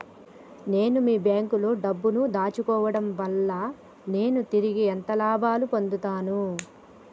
నేను మీ బ్యాంకులో డబ్బు ను దాచుకోవటం వల్ల నేను తిరిగి ఎంత లాభాలు పొందుతాను?